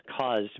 caused